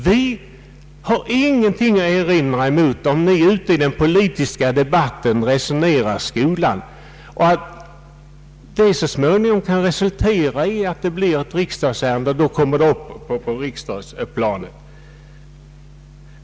Vi har ingenting att erinra mot att ni ute i den politiska debatten resonerar om skolan. Det kan så småningom resultera i ett ärende på riksdagsplanet.